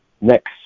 next